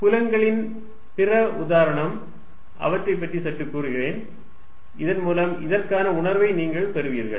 புலங்களின் பிற உதாரணம் அவற்றைப் பற்றி சற்று கூறுகிறேன் இதன்மூலம் இதற்கான உணர்வை நீங்கள் பெறுவீர்கள்